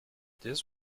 this